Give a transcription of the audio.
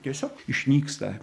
tiesiog išnyksta